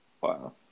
Wow